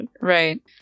right